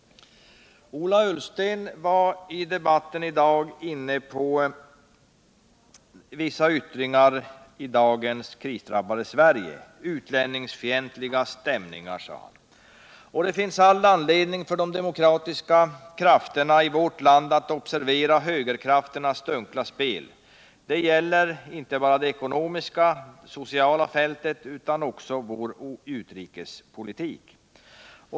Ola Ullsten var i debatten inne på vissa yttringar i dagens krisdrabbade Sverige. Han talade om utlänningsfientliga stämningar. Det finns all anledning för de demokratiska krafterna i vårt land att observera högerkrafternas dunkla spel. Det gäller inte bara de ekonomiska och sociala fälten utan också vår utrikespolitik.